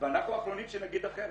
ואנחנו האחרונים שנגיד אחרת.